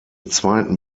zweiten